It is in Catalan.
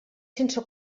sense